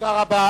תודה רבה.